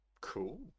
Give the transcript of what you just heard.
Cool